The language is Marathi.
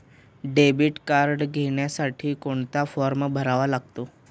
डेबिट कार्ड घेण्यासाठी कोणता फॉर्म भरावा लागतो?